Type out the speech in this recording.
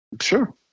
Sure